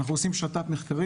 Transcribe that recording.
אנחנו עושים איתם שת"פ מחקרי,